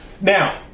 Now